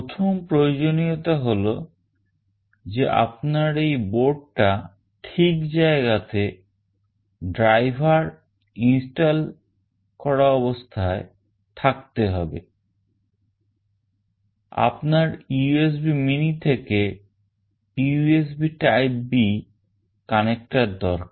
প্রথম প্রয়োজনীয়তা হল যে আপনার এই বোর্ডটা ঠিক জায়গাতে driver install করা অবস্থায় থাকতে হবে আপনার USB mini থেকে USB typeB connector দরকার